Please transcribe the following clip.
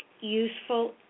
useful